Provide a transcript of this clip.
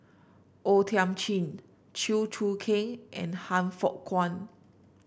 O Thiam Chin Chew Choo Keng and Han Fook Kwang